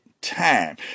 time